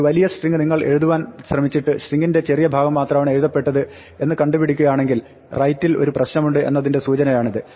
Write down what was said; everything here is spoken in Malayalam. ഒരു വലിയ സ്ട്രിങ്ങ് നിങ്ങൾ എഴുതുവാൻ ശ്രമിച്ചിട്ട് സ്ട്രിങ്ങിന്റെ ചെറിയ ഭാഗം മാത്രമാണ് എഴുതപ്പെട്ടത് എന്ന് കണ്ടുപിടിക്കുകയാണെങ്കിൽ റൈറ്റിൽ ഒരു പ്രശ്നമുണ്ട് എന്നതിന്റെ ഒരു സൂചനയാണിത്